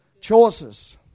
Choices